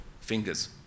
fingers